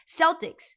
Celtics